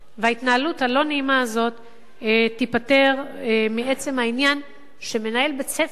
וההתנהלות הלא-נעימה הזאת תיפתר מעצם העניין שמנהל בית-ספר,